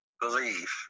believe